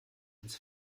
ins